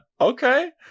Okay